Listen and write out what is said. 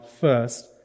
first